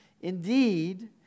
Indeed